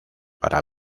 para